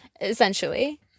essentially